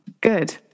Good